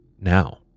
Now